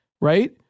right